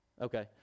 Okay